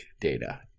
data